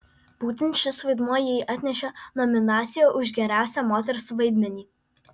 būtent šis vaidmuo jai atnešė nominaciją už geriausią moters vaidmenį